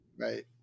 Right